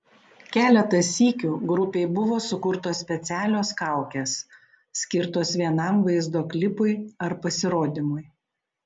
keletą sykių grupei buvo sukurtos specialios kaukės skirtos vienam vaizdo klipui ar pasirodymui